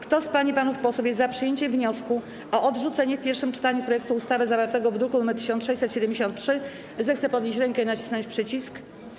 Kto z pań i panów posłów jest za przyjęciem wniosku o odrzucenie w pierwszym czytaniu projektu ustawy zawartego w druku nr 1673, zechce podnieść rękę i nacisnąć przycisk.